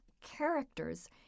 characters